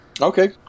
Okay